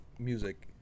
music